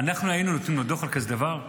אנחנו היינו נותנים לו דוח על כזה דבר?